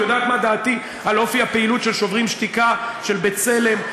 את יודעת מה דעתי על אופי הפעילות של "שוברים שתיקה" של "בצלם",